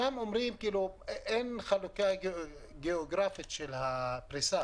אין חלוקה גאוגרפית של הפריסה,